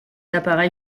appareil